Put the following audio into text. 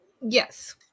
Yes